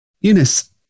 Eunice